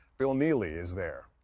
bill neely is there.